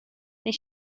they